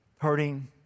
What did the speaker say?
hurting